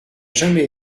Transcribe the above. jamais